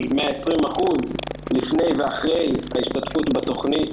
של 120% אחרי ההשתתפות בתוכנית,